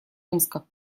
омска